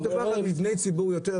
מדובר על מבני ציבור יותר,